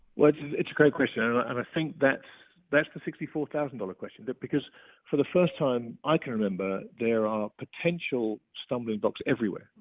like it's a great question. and i think that's that's the sixty four thousand dollars question, because for the first time i can remember, there are potential stumbling blocks everywhere.